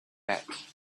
bet